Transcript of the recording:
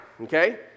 okay